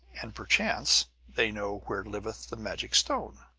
and perchance they know where liveth the magic stone!